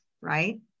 right